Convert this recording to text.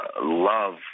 love